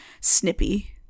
snippy